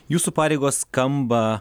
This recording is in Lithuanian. jūsų pareigos skamba